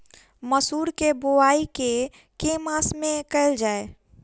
मसूर केँ बोवाई केँ के मास मे कैल जाए?